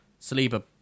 Saliba